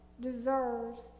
deserves